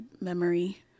memory